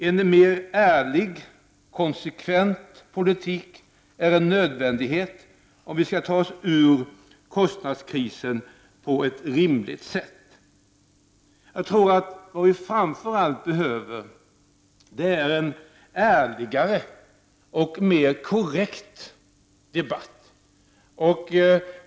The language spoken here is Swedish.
En mer ärlig, konsekvent politik är en nödvändighet, om vi skall ta oss ur kostnadskrisen på ett rimligt sätt. Jag tror att vad vi framför allt behöver är en ärlig och mer korrekt debatt.